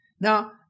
Now